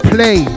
Play